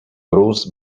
mróz